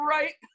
Right